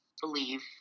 believe